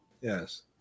Yes